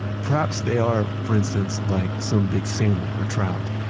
perhaps they are, for instance, like some big salmon, or trout.